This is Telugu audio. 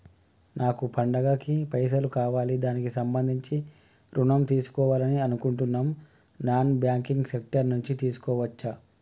నాకు పండగ కి పైసలు కావాలి దానికి సంబంధించి ఋణం తీసుకోవాలని అనుకుంటున్నం నాన్ బ్యాంకింగ్ సెక్టార్ నుంచి తీసుకోవచ్చా?